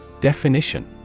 Definition